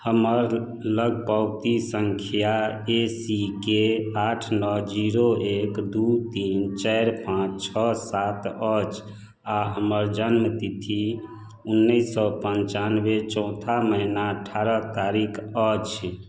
हमर लग पावती सँख्या ए सी के आठ नओ जीरो एक दुइ तीन चारि पाँच छओ सात अछि आओर हमर जनम तिथि उनैस सओ पनचानवे चौथा महिना अठारह तारिख अछि